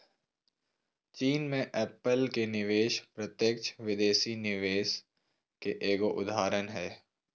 चीन मे एप्पल के निवेश प्रत्यक्ष विदेशी निवेश के एगो उदाहरण हय